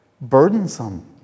burdensome